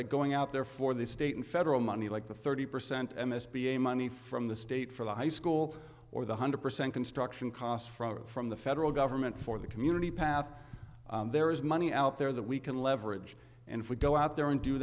like going out there for the state and federal money like the thirty percent s b a money from the state for the high school or the hundred percent construction cost front from the federal government for the community path there is money out there that we can leverage and if we go out there and do